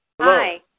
Hi